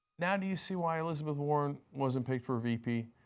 now do you see why elizabeth warren wasn't picked for vp?